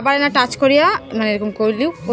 পশুদের লালন পালন করলে তাদের সব চিকিৎসা করতে হয়